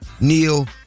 Neil